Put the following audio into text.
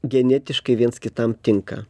genetiškai viens kitam tinka